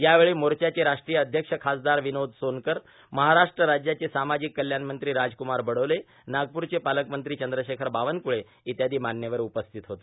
यावेळी मोचाचे राष्ट्रीय अध्यक्ष खासदार र्विनोद सोनकर महाराष्ट्र राज्याचे सामाजिक कल्याण मंत्री राजक्मार बडोले नागपूरचे पालकमंत्री चंद्रशेखर बावनकुळे इत्यादी मान्यवर उपस्थित होते